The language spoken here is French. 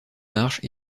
marches